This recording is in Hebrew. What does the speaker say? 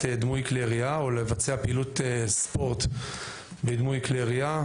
דמוי כלי ירייה או לבצע פעילות ספורט בדמוי כלי ירייה,